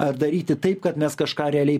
ar daryti taip kad mes kažką realiai